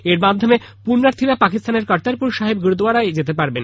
এর মাধ্যমে পূণ্যার্থীরা পাকিস্তানের কর্তারপুর সাহিব গুরুদ্বোয়ারায় যেতে পারবেন